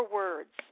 words